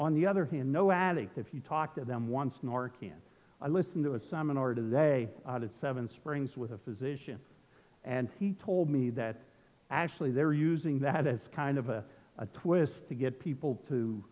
on the other hand no addict if you talk to them once nor can i listen to a seminar today at seven springs with a physician and he told me that actually they're using that as kind of a twist to get people